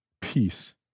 peace